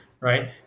right